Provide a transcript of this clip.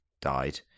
died